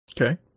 Okay